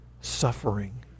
suffering